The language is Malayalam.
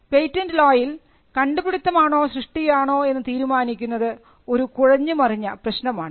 പേറ്റന്റ് ലോയിൽ കണ്ടുപിടുത്തം ആണോ സൃഷ്ടിയാണോ എന്ന് തീരുമാനിക്കുന്നത് ഒരു കുഴഞ്ഞുമറിഞ്ഞ പ്രശ്നമാണ്